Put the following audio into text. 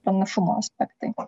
pranašumo aspektai